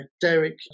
Derek